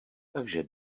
takže